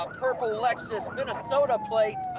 ah purple lexus, minnesota plate.